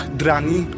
drani